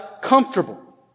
comfortable